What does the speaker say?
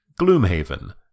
Gloomhaven